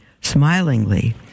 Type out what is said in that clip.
Smilingly